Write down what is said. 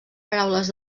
paraules